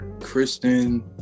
Kristen